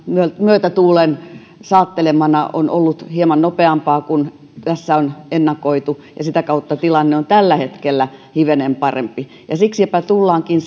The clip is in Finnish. myötätuulen saattelemana on ollut hieman nopeampaa kuin tässä on ennakoitu ja sitä kautta tilanne on tällä hetkellä hivenen parempi siksipä tullaankin